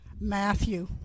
Matthew